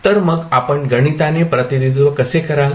तर मग आपण गणिताने प्रतिनिधित्व कसे कराल